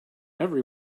every